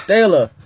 Taylor